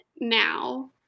now